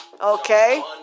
Okay